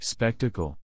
Spectacle